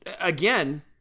again